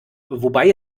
wobei